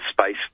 space